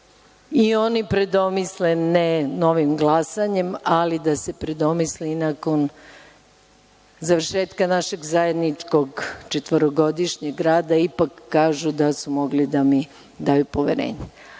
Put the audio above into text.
i oni predomisle ne novim glasanjem, ali da se predomisle nakon završetka našeg zajedničkog četvorogodišnjeg rada i ipak kažu da su mogli da mi daju poverenje.